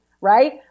right